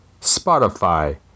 Spotify